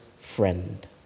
friend